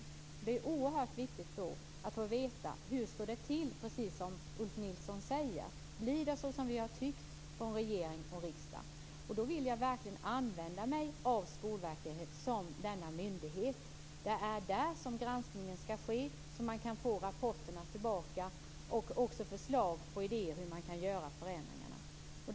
Då är det oerhört viktigt att få veta hur det står till, precis som Ulf Nilsson säger. Blir det så som vi har tyckt från regering och riksdag? Jag vill använda mig av Skolverket som denna myndighet. Det är där granskningen skall ske så att man kan få rapporter tillbaka och också förslag och idéer om hur man kan göra förändringar.